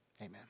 amen